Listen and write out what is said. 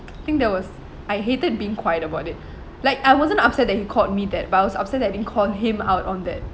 I think there was I hated being quiet about it like I wasn't upset that he called me that but I was upset that I didn't call him out on that